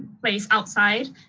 place outside.